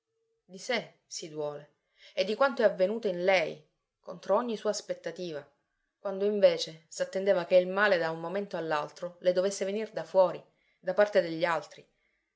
di sé si duole e di quanto è avvenuto in lei contro ogni sua aspettativa quando invece s'attendeva che il male da un momento all'altro le dovesse venir da fuori da parte degli altri